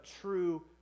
true